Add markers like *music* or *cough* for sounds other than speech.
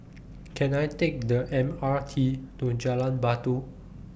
Can I Take The M R T to Jalan Batu *noise*